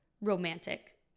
romantic